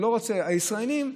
הישראלים,